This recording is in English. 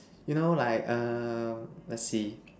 you know like err let's see